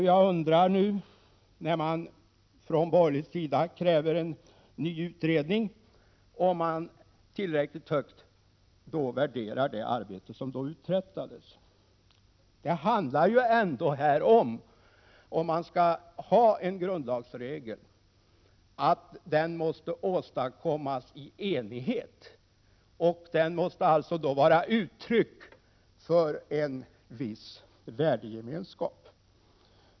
Jag undrar om de borgerliga ledamöter, som nu kräver en ny utredning, tillräckligt högt värderar det arbete som då uträttades. Det handlar ändå om att en grundlagsregel, om vi nu skall ha en sådan, måste åstadkommas i enighet och vara uttryck för en viss värdegemenskap.